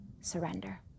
surrender